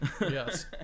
Yes